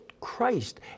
Christ